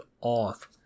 off